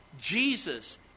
Jesus